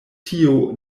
tio